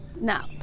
now